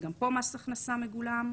וגם פה מס הכנסה מגולם.